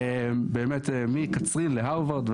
באמת מקצרין להרווארד.